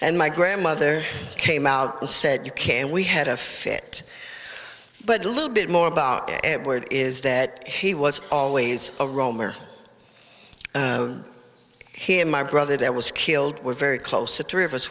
and my grandmother came out and said you can we had a fit but a little bit more about edward is that he was always a romer he and my brother that was killed were very close to three of us